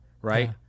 Right